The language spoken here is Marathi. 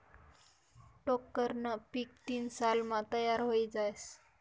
टोक्करनं पीक तीन सालमा तयार व्हयी जास